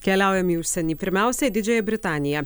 keliaujam į užsienį pirmiausiai didžiąją britaniją